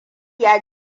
ya